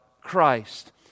Christ